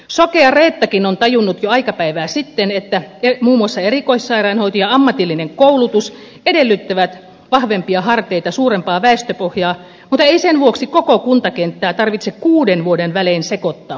sokea reettakin on tajunnut jo aikapäivää sitten että muun muassa erikoissairaanhoito ja ammatillinen koulutus edellyttävät vahvempia harteita suurempaa väestöpohjaa mutta ei sen vuoksi koko kuntakenttää tarvitse kuuden vuoden välein sekoittaa